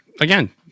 again